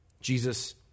Jesus